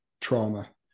trauma